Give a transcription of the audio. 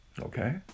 okay